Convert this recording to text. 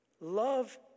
Love